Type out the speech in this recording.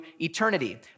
eternity